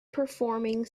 performing